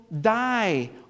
die